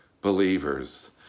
believers